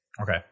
Okay